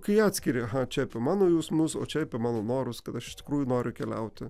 kai atskiri aha čia apie mano jausmus o čia apie mano norus kad iš tikrųjų noriu keliauti